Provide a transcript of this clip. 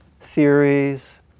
theories